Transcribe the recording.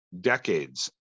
decades